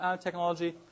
technology